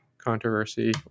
controversy